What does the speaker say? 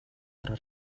para